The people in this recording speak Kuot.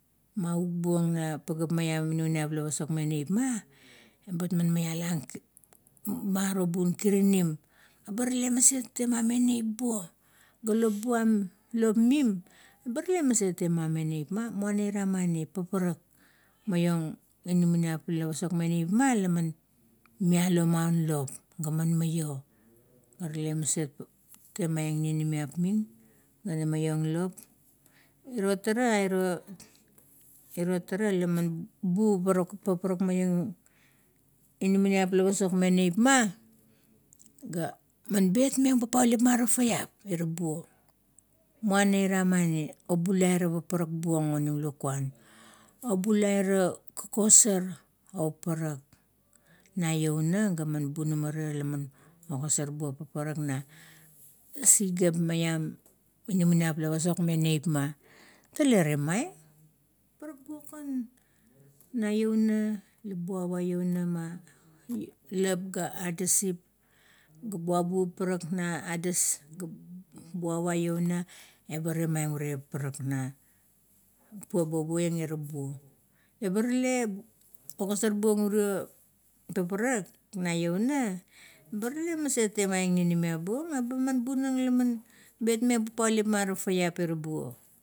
Maguk buong na pagap maian mila pasokmeng neipma, bet man maialang maro bun kirinim, gaba rale maset betmeng neip buo. Lop buam, lop mim ba rale maset betmeng neipma, muana ira mani? Paparak maiong inamaniap mila pasokmeng neipma. Laman mialo maun lop, gaman maio, ga tale maset ninimiap ming, ga maiong lop. Iri ro tara, airo tara, la man bu paparak maiong mila pasokmeng neipma, ga man betmeng popot ma tafa iap, ira buo. Muana ira mani, obulai ra paparak buong onim lakuan, obulau ra kokosar or paparak na louna, gaman bunamara laman ogasar buong paparak na pagap maiam inamaniap la pasokmeng neipma. Tale temaieng, parak buong kan na louna ga buava louna, ma lep ga adasip, buabu paparak na adas, ga buava louna, eba temaieng ure paparak ga poieng ira buo. Leba rale ogasar buong uro paparak na iouna, ba tele maset beteng ninimiap buong, eba man bunang, bunang laman betmeng popot ma tafaiat ira buo.